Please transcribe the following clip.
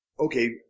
Okay